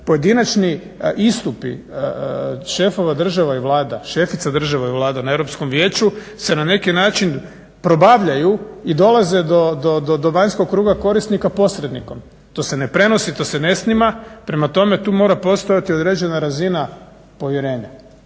pojedinačni istupi šefova država i vlada, šefica država i vlada na Europskom vijeću se na neki način probavljaju i dolaze do vanjskog kruga korisnika posrednikom. To se ne prenosi, to se ne snima. Prema tome, tu mora postojati određena razina povjerenja